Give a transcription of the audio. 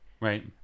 Right